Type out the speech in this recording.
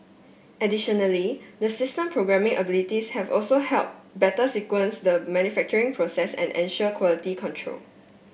additionally the system programming abilities have also help better sequence the manufacturing process and ensure quality control